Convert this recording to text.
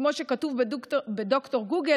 כמו שכתוב בד"ר גוגל,